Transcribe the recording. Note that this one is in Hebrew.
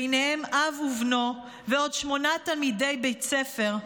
ביניהם אב ובנו ועוד שמונה תלמידי בית ספר,